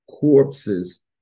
corpses